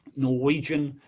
norwegian,